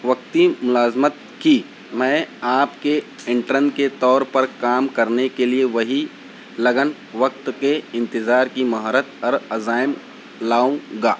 وقتی ملازمت کی میں آپ کے انٹرن کے طور پر کام کرنے کے لیے وہی لگن وقت کے انتظار کی مہارت اور عزائم لاؤں گا